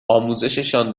آموزششان